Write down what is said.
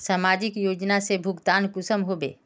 समाजिक योजना से भुगतान कुंसम होबे?